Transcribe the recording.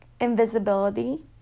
Invisibility